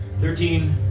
Thirteen